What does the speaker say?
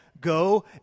Go